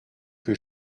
que